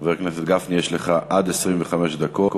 חבר הכנסת גפני, יש לך עד 25 דקות,